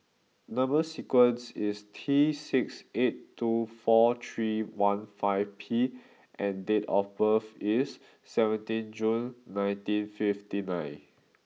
number sequence is T six eight two four three one five P and date of birth is seventeen June nineteen fifty nine